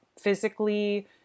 Physically